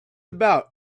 about